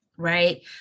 Right